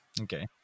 Okay